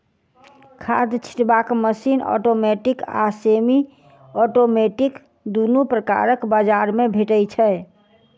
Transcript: खाद छिटबाक machine automatic आ सेमी औटोमेटिक दुनू प्रकारक बजार मे भेटै छै